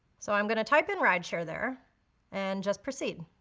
so i'm gonna type in rideshare there and just proceed.